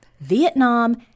Vietnam